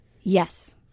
Yes